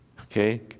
Okay